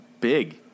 big